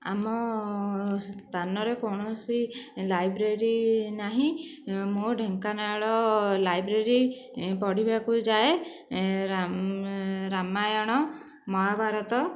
ଆମ ସ୍ଥାନରେ କୌଣସି ଲାଇବ୍ରେରୀ ନାହିଁ ମୁଁ ଢେଙ୍କାନାଳ ଲାଇବ୍ରେରୀ ପଢ଼ିବାକୁ ଯାଏ ରାମ ରାମାୟଣ ମହାଭାରତ